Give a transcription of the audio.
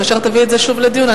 כאשר תביא את זה שוב לדיון,